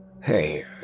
Hey